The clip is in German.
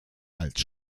als